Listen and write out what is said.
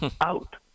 out